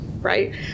right